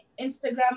Instagram